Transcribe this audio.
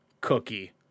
Cookie